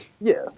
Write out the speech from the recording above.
Yes